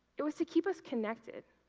it was to keep us connected.